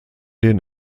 den